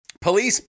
police